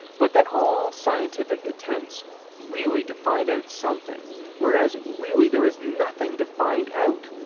but that all scientific attempts really to find out something, whereas really there is nothing to find out,